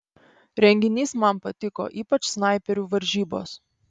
renginys man patiko ypač snaiperių varžybos